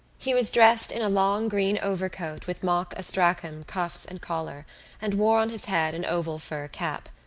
he was dressed in a long green overcoat with mock astrakhan cuffs and collar and wore on his head an oval fur cap.